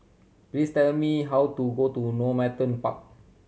please tell me how to go to Normanton Park